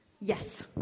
Yes